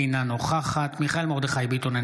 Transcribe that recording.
אינה נוכחת מיכאל מרדכי ביטון,